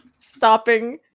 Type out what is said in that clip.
stopping